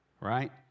right